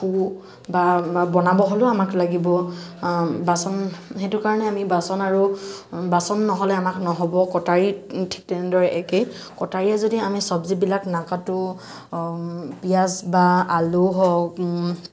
ধু বা বনাব হ'লেও আমাক লাগিব বাচন সেইটো কাৰণে আমি বাচন আৰু বাচন ন'হলে আমাক নহ'ব কটাৰী ঠিক তেনেদৰে একে কটাৰীয়ে যদি আমি চবজিবিলাক নাকাটো পিঁয়াজ বা আলু হওক